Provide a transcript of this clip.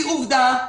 עובדה,